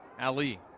Ali